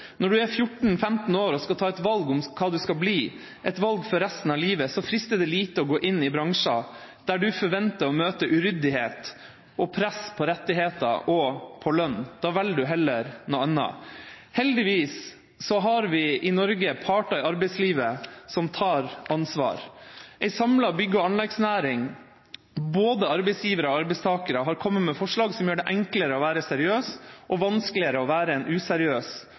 Når man er 14–15 år og skal ta et valg om hva man skal bli – et valg for resten av livet – frister det lite å gå inn i bransjer der man forventer å møte uryddighet og press på rettigheter og på lønn. Da velger man heller noe annet. Heldigvis har vi i Norge parter i arbeidslivet som tar ansvar. En samlet bygg- og anleggsnæring, både arbeidsgivere og arbeidstakere, har kommet med forslag som gjør det enklere å være seriøs og vanskeligere å være en useriøs